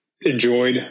enjoyed